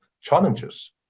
challenges